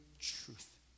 truth